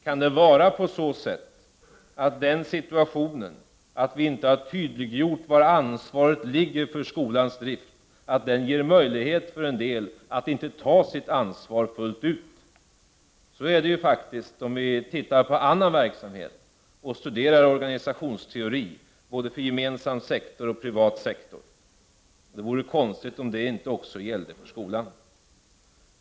Kan det faktum att vi inte har tydliggjort var ansvaret för skolans drift liggerge samtliga möjlighet att inte ta sitt ansvar fullt ut? Så är det faktiskt om vi tittar på annan verksamhet och studerar organisationsteori, både för gemensam sektor och privat sektor. Det vore konstigt om det inte också gällde för skolan.